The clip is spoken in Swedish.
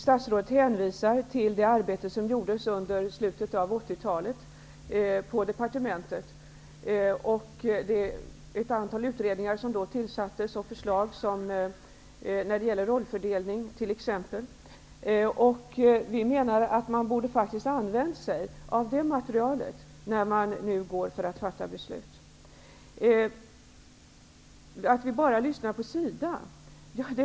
Statsrådet hänvisar till det arbete som gjordes under slutet av 80-talet på departementet. Ett antal utredningar tillsattes, och det kom förslag om t.ex. rollfördelning. Vi menar att man borde ha använt sig av detta material innan man nu går att fatta beslut. Statsrådet säger att vi enbart lyssnar till vad man säger på SIDA.